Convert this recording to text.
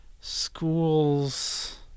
schools